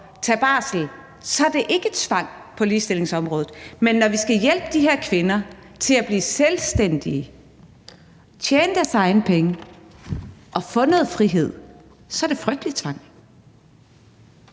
tage barsel? For så er det ikke tvang på ligestillingsområdet. Men når vi skal hjælpe de her kvinder til at blive selvstændige, tjene deres egne penge og få noget frihed, så er det frygtelig tvang.